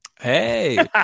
hey